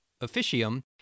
officium